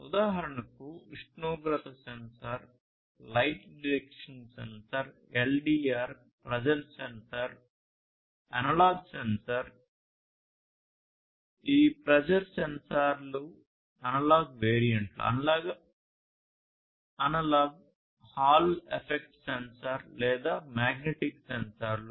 ఉదాహరణకు ఉష్ణోగ్రత sensor light detection sensor LDR pressure sensor analog pressure సెన్సార్లు ఈ ప్రెజర్ సెన్సార్ల అనలాగ్ వేరియంట్లు అనలాగ్ హాల్ ఎఫెక్ట్ సెన్సార్ లేదా మాగ్నెటిక్ సెన్సార్లు